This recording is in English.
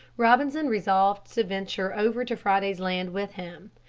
robinson resolved to venture over to friday's land with him.